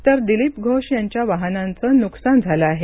तर दिलीप घोष यांच्या वाहनांचं नुकसान झालं आहे